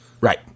Right